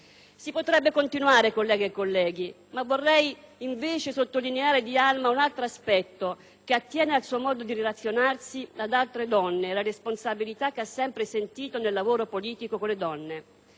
Si potrebbe continuare, colleghe e colleghi, ma vorrei invece sottolineare di Alma un altro aspetto che attiene al suo modo di relazionarsi ad altre donne e alla responsabilità che ha sempre sentito nel lavoro politico con le donne.